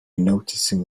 noticing